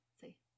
See